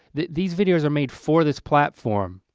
these videos are made for this platform.